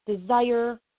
desire